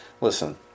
listen